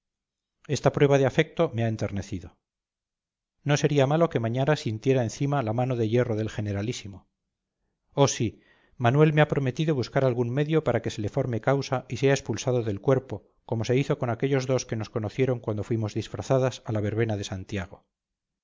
esta prueba de afecto me ha enternecido no sería malo que mañara sintiera encima la mano de hierro del generalísimo oh sí manuel me ha prometido buscar algún medio para que se le forme causa y sea expulsado del cuerpo como se hizo con aquellos dos que nos conocieron cuando fuimos disfrazadas a la verbena de santiago